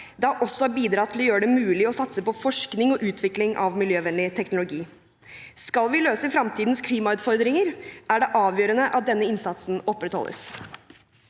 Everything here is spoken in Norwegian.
har også bidratt til å gjøre det mulig å satse på forskning og utvikling av miljøvennlig teknologi. Skal vi løse fremtidens klimautfordringer, er det avgjørende at denne innsatsen opprettholdes.